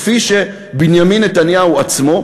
כפי שבנימין נתניהו עצמו,